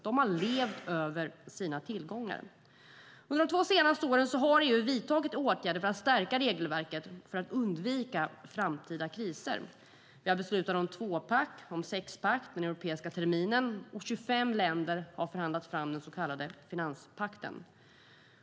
De har levt över sina tillgångar. Under de två senaste åren har EU vidtagit åtgärder för att stärka regelverket, för att undvika framtida kriser. Vi har beslutat om tvåpack, sexpack och den europeiska terminen, och 25 länder har förhandlat fram den så kallade finanspakten.